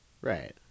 Right